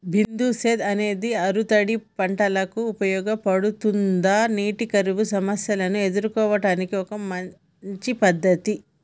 బిందు సేద్యం అనేది ఆరుతడి పంటలకు ఉపయోగపడుతుందా నీటి కరువు సమస్యను ఎదుర్కోవడానికి ఒక మంచి పద్ధతి?